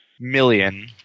million